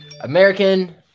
American